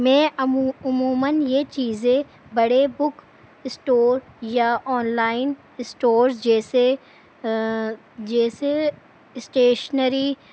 میں عموماً یہ چیزیں بڑے بک اسٹور یا آن لائن اسٹور جیسے جیسے اسٹیشنری